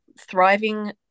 thriving